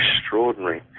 extraordinary